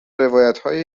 روایتهای